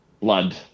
blood